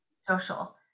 social